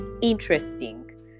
interesting